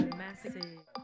massive